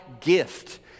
gift